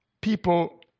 people